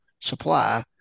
supply